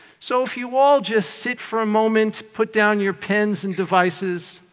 so if you all just sit for a moment, put down your pens and devices.